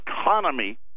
economy